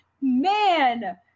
man